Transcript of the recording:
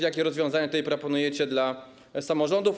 Jakie rozwiązania tutaj proponujecie dla samorządów?